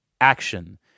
action